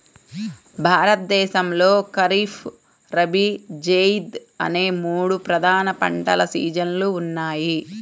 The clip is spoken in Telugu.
భారతదేశంలో ఖరీఫ్, రబీ, జైద్ అనే మూడు ప్రధాన పంటల సీజన్లు ఉన్నాయి